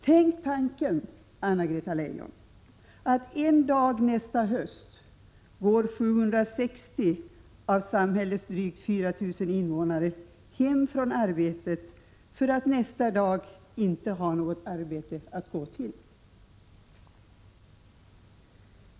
Tänk tanken, Anna-Greta Leijon, att en dag nästa höst går 760 av samhällets 4 000 invånare hem från arbetet för att nästa dag inte ha något arbete att gå till.